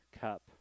cup